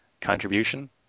contribution